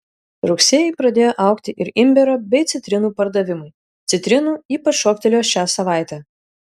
rugsėjį pradėjo augti ir imbiero bei citrinų pardavimai citrinų ypač šoktelėjo šią savaitę